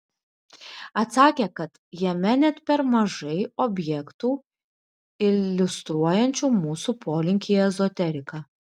atsakė kad jame net per mažai objektų iliustruojančių mūsų polinkį į ezoteriką